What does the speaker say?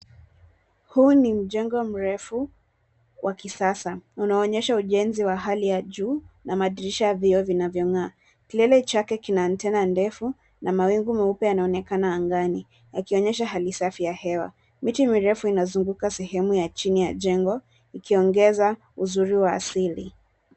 Huu ni mjengo mrefu wa kisasa unao onyesha ujenzi wa hali ya juu na madirisha ya vioo vinanyong'aa. Kilele chake kina antena ndefu, na mawingu meupe yanaonekana angani yakionyesha hali safi ya hewa. Miti mirefu inazunguka sehemu ya chini ya jengo ikiongeza uzuri wa asili.